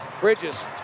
Bridges